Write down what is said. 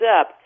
up